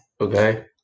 Okay